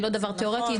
היא לא דבר תיאורטי,